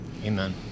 Amen